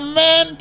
man